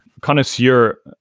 connoisseur